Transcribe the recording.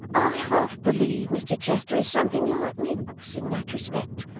i half believe mr chester is something like miggs in that respect.